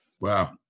Wow